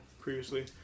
previously